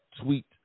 tweet